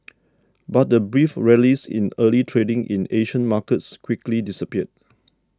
but the brief rallies in early trading in Asian markets quickly disappeared